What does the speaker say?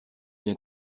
bien